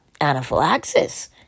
anaphylaxis